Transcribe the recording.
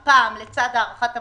הפעם, לצד הארכת המועדים,